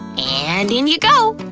and in you go!